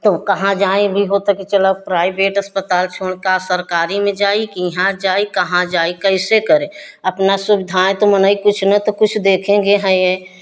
तो कहाँ जाएँ भी होतऽ कि चलऽ प्राइवेट अस्पताल छोड़ का सरकारी में जाइ कि इहाँ जाइ कहाँ जाइ कैसे करे अपना सुविधाएँ तो मनई कुछ न तो कुछ देखेंगे हैं ए